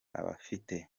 ababifite